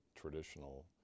traditional